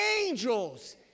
Angels